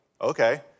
okay